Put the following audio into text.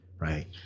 Right